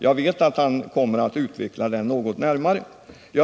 Jag vet att han kommer att utveckla den något närmare.